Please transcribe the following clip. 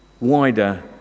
wider